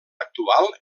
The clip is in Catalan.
actual